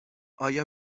آیا